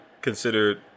considered